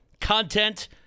content